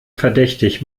verdächtig